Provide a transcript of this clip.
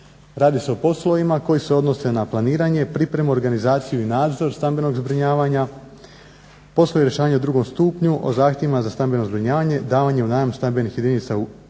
Radi se o poslovima koji se odnose na planiranje, pripremu, organizaciju i nadzor stambenog zbrinjavanja, poslovi rješavanja u drugom stupnju o zahtjevima za stambeno zbrinjavanje davanjem u najam stambenih jedinica u provedbi